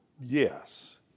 yes